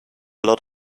lot